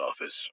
Office